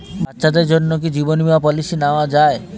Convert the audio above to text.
বাচ্চাদের জন্য কি জীবন বীমা পলিসি নেওয়া যায়?